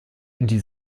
die